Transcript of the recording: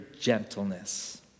gentleness